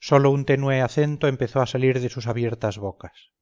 sólo un tenue acento empezó a salir de sus abiertas bocas